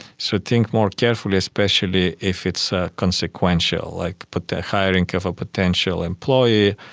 so think more carefully, especially if it's ah consequential, like but the hiring of a potential employee,